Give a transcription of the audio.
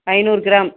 ஐநூறு கிராம்